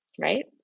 right